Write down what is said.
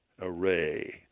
Array